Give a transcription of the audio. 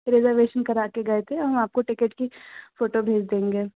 reservation करा कर गए थे हम आपको टिकट की फ़ोटो भेज देंगे